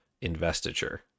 investiture